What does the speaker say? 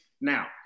now